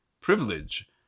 privilege